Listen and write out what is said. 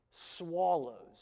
Swallows